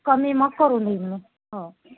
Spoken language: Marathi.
कमी मग करून देईन मी हो